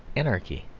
anarchy.